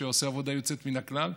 שעושה עבודה יוצאת מן הכלל,